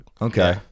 Okay